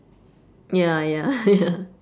ya ya ya